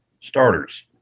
starters